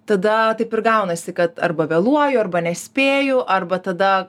tada taip ir gaunasi kad arba vėluoju arba nespėju arba tada